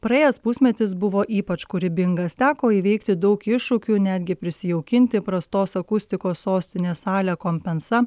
praėjęs pusmetis buvo ypač kūrybingas teko įveikti daug iššūkių netgi prisijaukinti prastos akustikos sostinės salę compensa